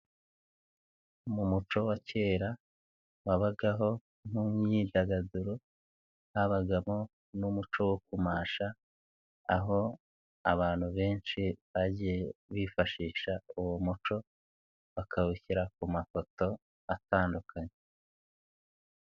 Mu muco wa kera wabagaho nk'umwidagaduro habagamo n'umuco wo kumasha, aho abantu benshi bagiye bifashisha uwo muco bakawushyira ku mafoto atandukanye.